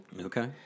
okay